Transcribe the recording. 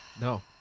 No